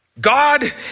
God